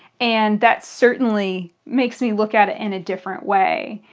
and that certainly makes me look at it in a different way.